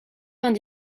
vingt